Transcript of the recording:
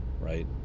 right